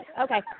Okay